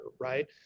right